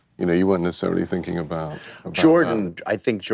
you know, you weren't necessarily thinking about jordan, i think,